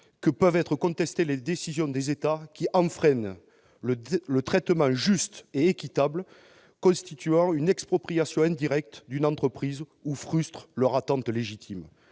que peuvent être contestées les décisions des États qui enfreignent le « traitement juste et équitable », constituent une « expropriation indirecte » d'une entreprise ou frustrent leurs « attentes légitimes